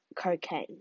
cocaine